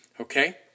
Okay